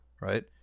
right